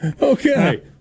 Okay